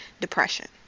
depression